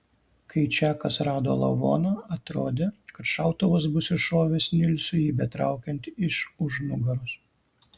kai čakas rado lavoną atrodė kad šautuvas bus iššovęs nilsui jį betraukiant iš už nugaros